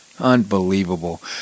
unbelievable